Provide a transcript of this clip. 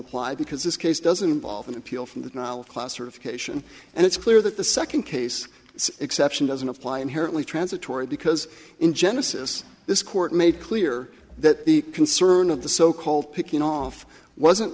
apply because this case doesn't involve an appeal from the trial classification and it's clear that the second case exception doesn't apply inherently transitory because in genesis this court made clear that the concern of the so called picking off wasn't